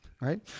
Right